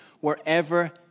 wherever